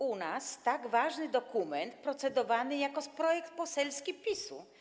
U nas tak ważny dokument jest procedowany jako projekt poselski PiS-u.